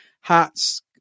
Hats